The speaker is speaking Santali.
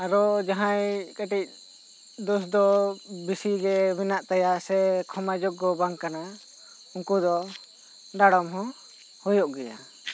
ᱟᱫᱚ ᱡᱟᱦᱟᱸᱭ ᱠᱟᱹᱴᱤᱡ ᱫᱚᱥ ᱫᱚ ᱵᱤᱥᱤ ᱜᱮ ᱢᱮᱱᱟᱜ ᱛᱟᱭᱟ ᱥᱮ ᱠᱷᱚᱢᱟ ᱡᱚᱜᱽ ᱜᱚ ᱵᱟᱝ ᱠᱟᱱᱟ ᱩᱱᱠᱩ ᱫᱚ ᱰᱟᱰᱚᱢ ᱦᱚᱸ ᱦᱩᱭᱩᱜ ᱜᱮᱭᱟ